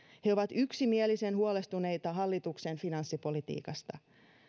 he ovat yksimielisen huolestuneita hallituksen finanssipolitiikasta